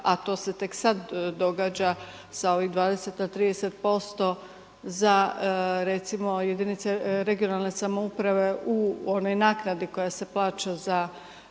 a to se tek sada događa sa ovih 20, 30% za jedinice regionalne samouprave u onoj naknadi koja se plaća za